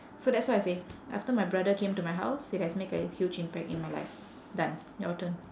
so that's why I say after my brother came to my house it has make a huge impact in my life done your turn